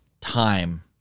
time